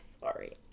sorry